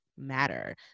matter